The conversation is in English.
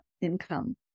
income